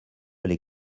les